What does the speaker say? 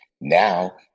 Now